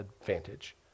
advantage